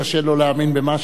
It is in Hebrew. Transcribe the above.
קשה לו להאמין במשהו.